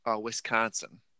Wisconsin